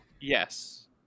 Yes